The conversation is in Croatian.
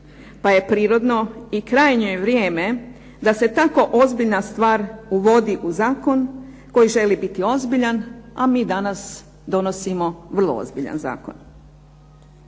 Pa je prirodno i krajnje je vrijeme da se tako ozbiljna stvar uvodi u zakon, koji želi biti ozbiljan, a mi danas donosimo vrlo ozbiljan zakon.